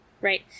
Right